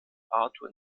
arthur